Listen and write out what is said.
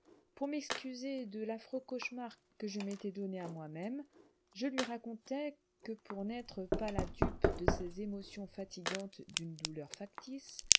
pour m'excuser de l'affreux cauchemar que je m'étais donné à moi-même je lui racontai que pour n'être pas la dupe de ces émotions fatigantes d'une douleur factice